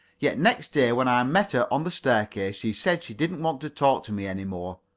yet next day when i met her on the staircase she said she didn't want to talk to me any more.